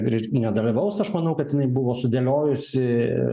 reiškia nedalyvaus aš manau kad jinai buvo sudėliojusi